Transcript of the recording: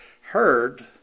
heard